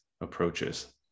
approaches